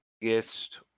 Biggest